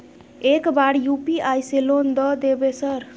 एक बार यु.पी.आई से लोन द देवे सर?